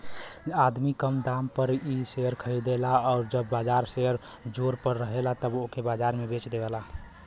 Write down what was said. आदमी कम दाम पर इ शेअर खरीदेला आउर जब बाजार जोर पर रहेला तब ओके बाजार में बेच देवेला